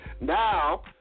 Now